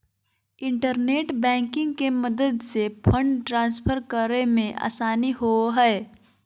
internet banking के मदद से फंड ट्रांसफर करे मे आसानी होवो हय